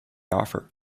offer